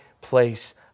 place